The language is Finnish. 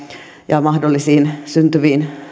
ja mahdollisiin syntyviin